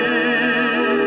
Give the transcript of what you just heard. and